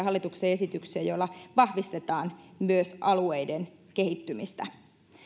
hallituksen esityksiä joilla vahvistetaan myös alueiden kehittymistä